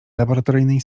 laboratoryjnej